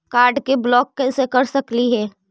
Card के block कैसे कर सकली हे?